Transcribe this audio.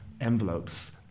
envelopes